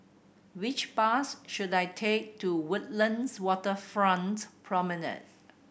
which bus should I take to Woodlands Waterfront Promenade